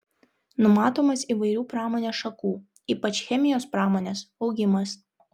numatomas įvairių pramonės šakų ypač chemijos pramonės augimas